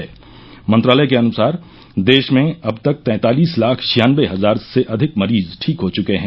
केन्द्रीय मंत्रालय के अनुसार देश में अब तक तैंतालिस लाख छियानवे हजार से अधिक मरीज ठीक हो चुके हैं